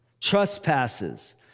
Trespasses